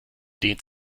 dehnt